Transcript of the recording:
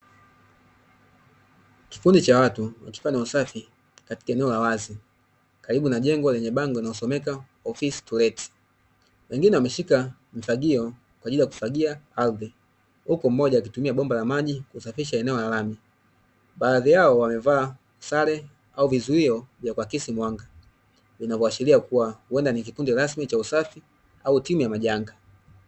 Kikundi cha watu kinachofanya usafi katika eneo la wazi karibu na jengo lenye bango linalosomekA "OFFICE TO LET". Wengine wameshika mfagio kwa ajili ya kufagia ardhi, huko moja akitumia bomba la maji kusafisha eneo la lami. Baadhi yao wamevaa sare au vizuio vya kwa kiakisi mwanga, vinavyoashiria kuwa huenda ni kikundi rasmi cha usafi au timu ya majanga.